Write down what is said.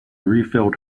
refilled